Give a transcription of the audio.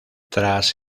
tras